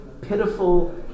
pitiful